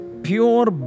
pure